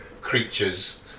creatures